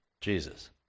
Jesus